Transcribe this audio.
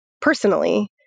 personally